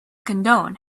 condone